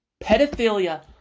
pedophilia